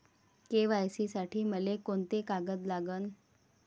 KYC साठी मले कोंते कागद लागन?